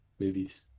Movies